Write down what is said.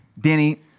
Danny